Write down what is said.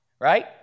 right